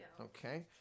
Okay